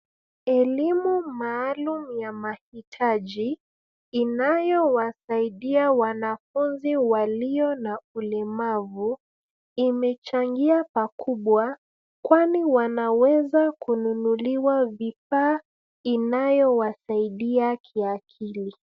Elimu maalumu ya mahitaji, inayowasaidia wanafunzi walio na ulemavu, imechangia pakubwa, kwani wanaweza kununuliwa vifaa inayowasaidia kiakili.